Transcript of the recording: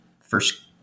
first